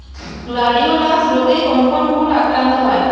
Gladiolus রোগে কোন কোন ফুল আক্রান্ত হয়?